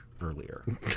earlier